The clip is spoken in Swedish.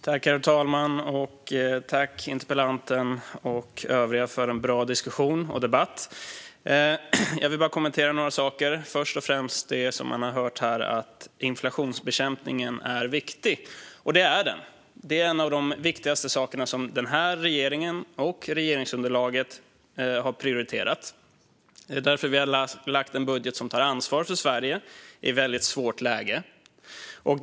Herr talman! Jag tackar interpellanten och övriga för en bra diskussion och debatt. Jag vill bara kommentera några saker, först och främst det som man har kunnat höra här om att inflationsbekämpningen är viktig. Det är den - inflationsbekämpningen är en av de saker som denna regering och detta regeringsunderlag har prioriterat högst. Det är därför vi har lagt en budget som tar ansvar för Sverige i ett väldigt svårt läge.